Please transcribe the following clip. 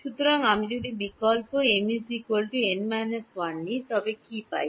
সুতরাং আমি যদি বিকল্প m n − 1 আমি কী পাই